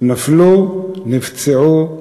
נפלו, נפצעו,